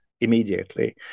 immediately